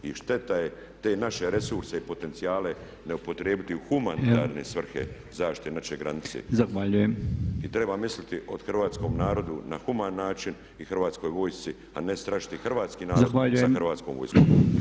I šteta je te naše resurse i potencijale ne upotrijebiti u humanitarne svrhe zaštite naše granice [[Upadica Podolnjak: Zahvaljujem.]] I treba misliti o hrvatskom narodu na human način i Hrvatskoj vojsci, a ne strašiti hrvatski narod sa Hrvatskom vojskom.